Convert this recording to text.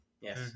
yes